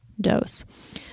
dose